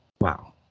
Wow